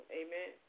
amen